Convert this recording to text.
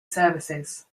services